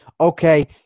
okay